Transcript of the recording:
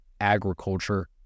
agriculture